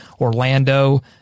Orlando